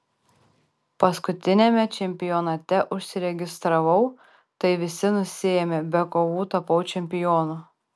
paskutiniame čempionate užsiregistravau tai visi nusiėmė be kovų tapau čempionu